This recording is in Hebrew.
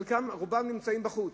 רובם נמצאים בחוץ.